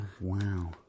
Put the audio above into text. Wow